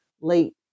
late